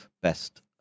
best